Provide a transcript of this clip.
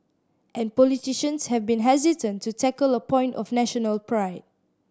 and politicians have been hesitant to tackle a point of national pride